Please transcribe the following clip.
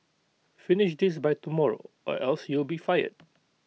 finish this by tomorrow or else you'll be fired